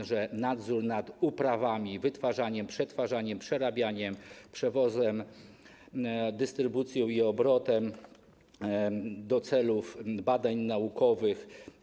Chodzi o nadzór nad uprawami, wytwarzaniem, przetwarzaniem, przerabianiem, przewozem, dystrybucją i obrotem do celów badań naukowych.